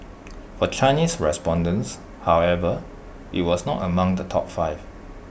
for Chinese respondents however IT was not among the top five